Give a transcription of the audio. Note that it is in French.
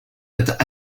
être